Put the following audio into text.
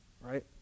right